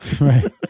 Right